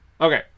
Okay